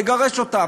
לגרש אותם.